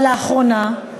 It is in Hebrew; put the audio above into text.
אבל לאחרונה,